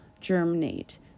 germinate